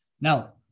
now